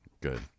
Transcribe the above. good